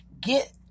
get